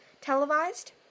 televised